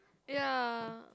ya